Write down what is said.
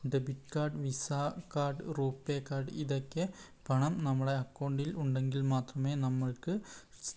debit card Visa card RuPay card ഇതൊക്കെ പണം നമ്മളെ അക്കൗണ്ടിൽ ഉണ്ടെങ്കിൽ മാത്രമേ നമ്മൾക്ക്